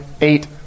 eight